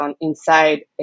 inside